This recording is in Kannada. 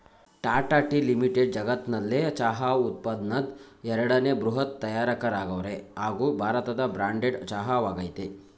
ಟಾಟಾ ಟೀ ಲಿಮಿಟೆಡ್ ಜಗತ್ನಲ್ಲೆ ಚಹಾ ಉತ್ಪನ್ನದ್ ಎರಡನೇ ಬೃಹತ್ ತಯಾರಕರಾಗವ್ರೆ ಹಾಗೂ ಭಾರತದ ಬ್ರ್ಯಾಂಡೆಡ್ ಚಹಾ ವಾಗಯ್ತೆ